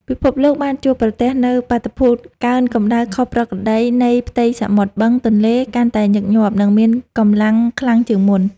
ពិភពលោកបានជួបប្រទះនូវ បាតុភូតកើនកម្ដៅខុសប្រក្រតីនៃផ្ទៃសមុទ្រ បឹង ទន្លេ កាន់តែញឹកញាប់ និងមានកម្លាំងខ្លាំងជាងមុន។